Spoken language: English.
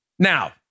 Now